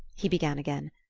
he began again,